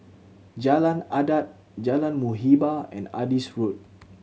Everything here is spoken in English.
Jalan Adat Jalan Muhibbah and Adis Road